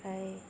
ओमफाय